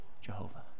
Jehovah